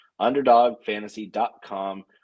Underdogfantasy.com